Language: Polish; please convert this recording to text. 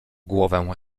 głowę